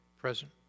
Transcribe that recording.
present